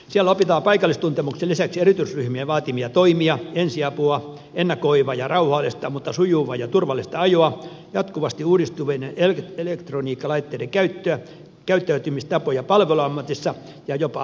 siellä opitaan paikallistuntemuksen lisäksi erityisryhmien vaatimia toimija ensiapua ennakoivaa ja rauhallista mutta sujuvaa ja turvallista ajoa jatkuvasti uudistuvien elektroniikkalaitteiden käyttöä käyttäytymistapoja palveluammatissa ja jopa asiallista pukeutumista